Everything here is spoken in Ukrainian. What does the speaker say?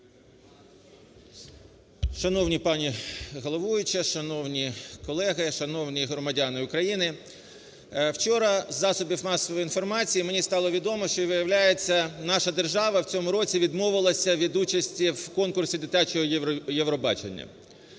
Шановна пані головуюча, шановні колеги, шановні громадяни України! Вчора із засобів масової інформації мені стало відомо, що, виявляється, наша держава у цьому році відмовилися від участі в конкурсі дитячого Євробачення.